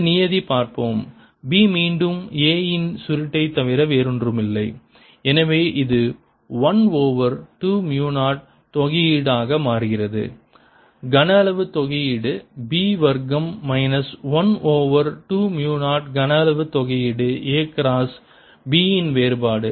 இந்த நியதி பார்ப்போம் B மீண்டும் A இன் சுருட்டை தவிர வேறொன்றுமில்லை எனவே இது 1 ஓவர் 2 மு 0 தொகையீடு ஆக மாறுகிறது கன அளவு தொகையீடு B வர்க்கம் மைனஸ் 1 ஓவர் 2 மு 0 கன அளவு தொகையீடு A கிராஸ் B இன் வேறுபாடு